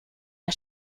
der